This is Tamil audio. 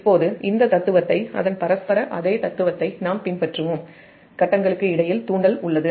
இப்போது அதன் பரஸ்பர தத்துவத்தை நாம் பின்பற்றுவோம் கட்டங்களுக்கு இடையில் தூண்டல் உள்ளது